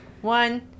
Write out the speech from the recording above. One